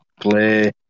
play